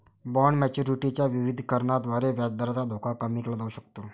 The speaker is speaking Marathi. बॉण्ड मॅच्युरिटी च्या विविधीकरणाद्वारे व्याजदराचा धोका कमी केला जाऊ शकतो